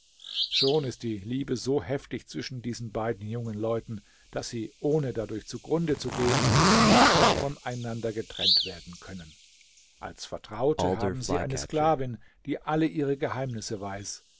schon ist die liebe so heftig zwischen diesen beiden jungen leuten daß sie ohne dadurch zugrunde zu gehen nicht mehr voneinander getrennt werden können als vertraute haben sie eine sklavin die alle ihre geheimnisse weiß